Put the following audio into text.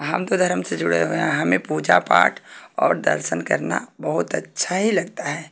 हम तो धर्म से जुड़े हुए हैं हमें पूजा पाठ और दर्शन करना बहुत अच्छा ही लगता है